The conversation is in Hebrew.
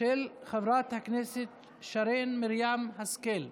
של חברת הכנסת שרן מרים השכל.